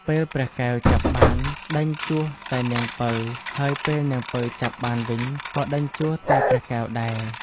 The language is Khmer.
ពេលព្រះកែវចាប់បាន ដេញជួសតែនាងពៅ ហើយពេលនាងពៅចាប់បានវិញ ក៏ដេញជួសតែព្រះកែវដែរ។